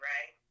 Right